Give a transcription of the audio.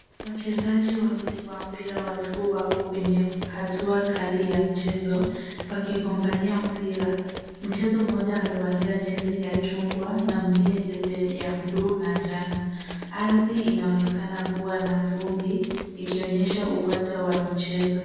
Wachezaji wawili wa mpira wa miguu wako kwenye hatua kali ya mchezo wakigombania mpira mchezo mmoja amevalia jezi ya chungwa na mwingine jezi ya bluu na njano ardhi inaonekana kuwa na vumbi ikionyesha uwanja wa michezo.